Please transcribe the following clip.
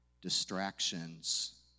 distractions